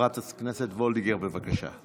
חברת הכנסת וולדיגר, בבקשה.